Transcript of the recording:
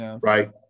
right